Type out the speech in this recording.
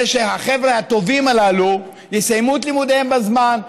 שהחבר'ה הטובים הללו יסיימו את לימודיהם בזמן,